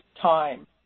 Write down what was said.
time